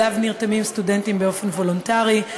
שאליו נרתמים סטודנטים באופן וולונטרי,